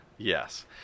Yes